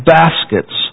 baskets